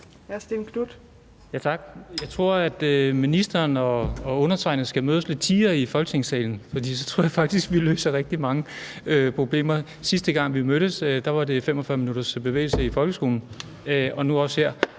Jeg tror, at ministeren og undertegnede skal mødes lidt tiere i Folketingssalen, for så tror jeg faktisk, vi ville kunne løse rigtig mange problemer. Sidste gang vi mødtes, var det 45 minutters bevægelse i folkeskolen, og nu er der